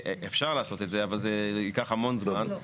אפשר לעשות את זה אבל זה ייקח המון זמן.